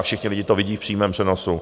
Všichni lidé to vidí v přímém přenosu.